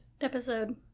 Episode